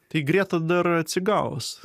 tai greta dar atsigaus